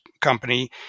company